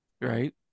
right